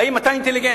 האם אתה אינטליגנט?